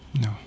No